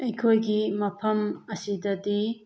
ꯑꯩꯈꯣꯏꯒꯤ ꯃꯐꯝ ꯑꯁꯤꯗꯗꯤ